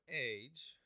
age